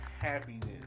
happiness